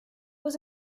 was